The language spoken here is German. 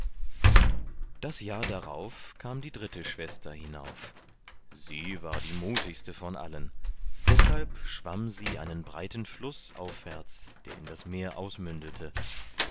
das jahr darauf kam die dritte schwester hinauf sie war die mutigste von allen deshalb schwamm sie einen breiten fluß aufwärts der in das meer ausmündete